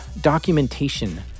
documentation